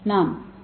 நாம் டி